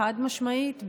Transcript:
חד-משמעית,